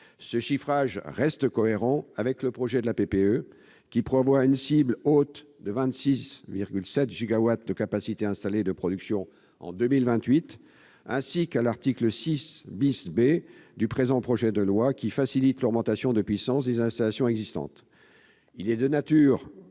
Ce chiffrage reste cohérent avec le projet de PPE, qui prévoit une cible haute de 26,7 gigawatts de capacités de production installées en 2028, ainsi qu'avec l'article 6 B du présent projet de loi, qui facilite l'augmentation de puissance des installations existantes.